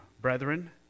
brethren